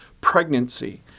pregnancy